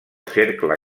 cercle